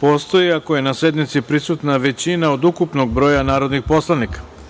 postoji ako je na sednici prisutna većina od ukupnog broja narodnih poslanika. Radi